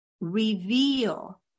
Reveal